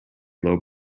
low